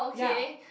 yea